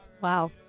Wow